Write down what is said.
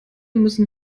müssen